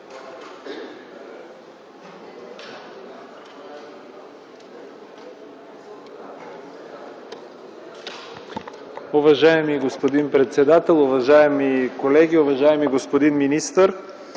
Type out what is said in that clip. Уважаеми господин председател, уважаеми колеги, уважаеми господин министър!